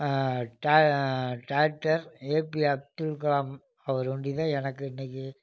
டா doctor A P Abdul Kalam அவர் ஒன்டியும் தான் எனக்கு இன்றைக்கி